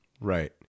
Right